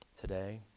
today